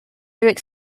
through